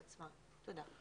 תודה.